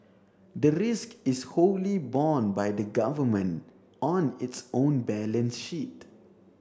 the risk is wholly borne by the Government on its own balance sheet